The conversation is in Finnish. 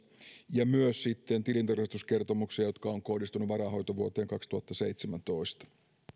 ja myös tilintarkastuskertomuksia jotka ovat kohdistuneet varainhoitovuoteen kaksituhattaseitsemäntoista